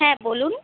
হ্যাঁ বলুন